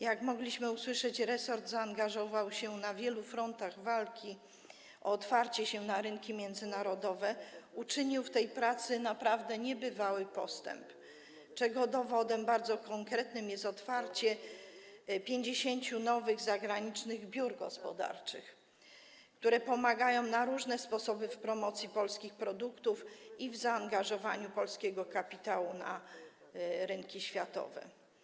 Jak mogliśmy usłyszeć, resort zaangażował się na wielu frontach walki o otwarcie się na rynki międzynarodowe, uczynił w tej pracy naprawdę niebywały postęp, czego bardzo konkretnym dowodem jest otwarcie 50 nowych zagranicznych biur gospodarczych, które pomagają na różne sposoby w promocji polskich produktów i w angażowaniu polskiego kapitału na świecie.